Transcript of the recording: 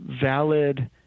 valid